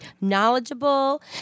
knowledgeable